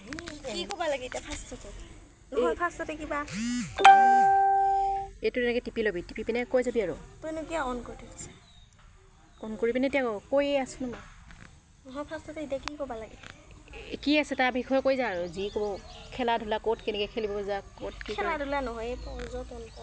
কি ক'বা লাগে এতিয়া ফাৰ্ষ্টতে নহয় ফাৰ্ষ্টতে কিবা এইটো এনেকৈ টিপি ল'বি টিপি পিনে কৈ যাবি আৰু তইনো কিয় অন কৰি থৈ দিছা অন কৰি পিনে এতিয়া কৈয়ে আছোঁ ন মই নহয় ফাৰ্ষ্টতে এতিয়া কি ক'বা লাগে কি আছে তাৰ বিষয়ে কৈ যা আৰু যি ক'ব খেলা ধূলা ক'ত কেনেকৈ খেলিব যা ক'ত কি খেলা ধূলা নহয় এই